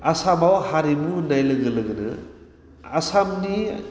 आसामाव हारिमु होन्नाय लोगो लोगोनो आसामनि